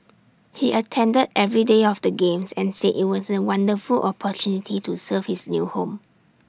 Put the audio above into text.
he attended every day of the games and said IT was A wonderful opportunity to serve his new home